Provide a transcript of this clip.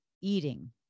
eating